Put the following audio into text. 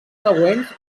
següents